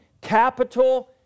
capital